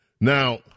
Now